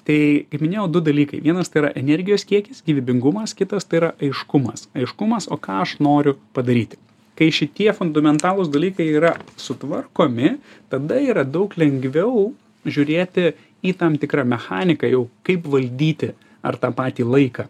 tai kaip minėjau du dalykai vienas tai yra energijos kiekis gyvybingumas kitas tai yra aiškumas aiškumas o ką aš noriu padaryti kai šitie fundamentalūs dalykai yra sutvarkomi tada yra daug lengviau žiūrėti į tam tikrą mechaniką jau kaip valdyti ar tą patį laiką